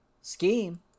scheme